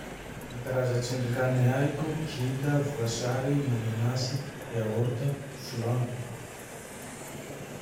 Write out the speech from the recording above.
Ny karaza-tsindrikany haiko: kida, voasary, mananasy, yaorta, flan.